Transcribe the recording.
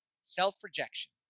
Self-rejection